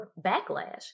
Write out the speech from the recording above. backlash